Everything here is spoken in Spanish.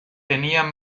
tenían